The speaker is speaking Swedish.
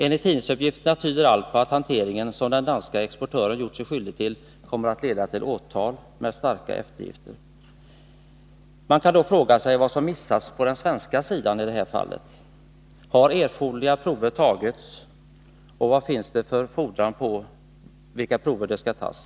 Enligt tidningsuppgifter tyder allt på att den hantering som den danska exportören gjort sig skyldig till kommer att leda till åtal med starka efterverkningar. Man kan då fråga sig vad som missats på svensk sida i det här fallet. Har erforderliga prover tagits, och vad finns det för krav på vilka prover som skall tas?